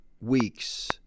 weeks